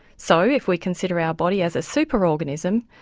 so, if we consider our body as a super-organism,